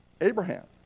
Abraham